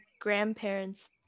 grandparents